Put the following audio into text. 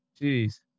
Jeez